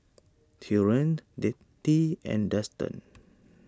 Taurean Nettie and Dustan